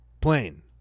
Plane